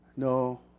No